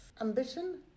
ambition